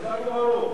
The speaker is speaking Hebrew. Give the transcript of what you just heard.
חזק וברוך.